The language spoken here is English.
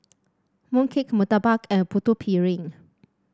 mooncake murtabak and Putu Piring